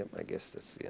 um i guess that's yeah